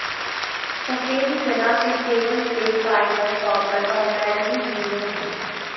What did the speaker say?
सफ़ेद चना के सेवन से फाइबर, कॉपर और मैंगनीज मिलो हइ